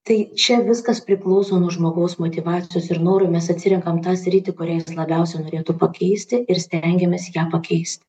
tai čia viskas priklauso nuo žmogaus motyvacijos ir noro mes atsirenkam tą sritį kurią jis labiausiai norėtų pakeisti ir stengiamės ją pakeisti